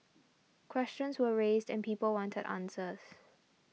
questions were raised and people wanted answers